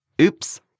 Oops